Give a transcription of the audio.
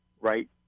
right